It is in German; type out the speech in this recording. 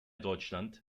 deutschland